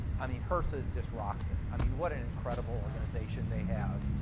i mean hrsa just rocks it, i mean what an incredible organization they have,